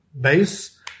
base